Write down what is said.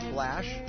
Flash